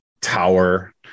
tower